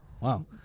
Wow